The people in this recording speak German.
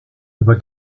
über